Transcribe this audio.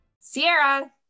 Sierra